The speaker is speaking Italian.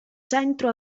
centro